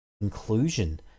inclusion